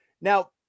Now